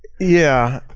yeah,